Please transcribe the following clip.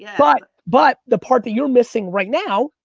but but the part that you're missing right now,